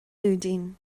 lúidín